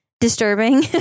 disturbing